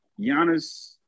Giannis